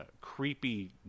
creepy